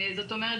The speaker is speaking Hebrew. זאת אומרת,